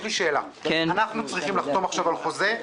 נחנו בתקציב של עוד שמונה שנים מבחינת ההתפתחות של הוועדה בתהליכים.